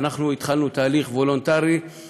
אנחנו התחלנו תהליך וולונטרי,